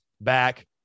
back